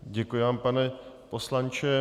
Děkuji vám, pane poslanče.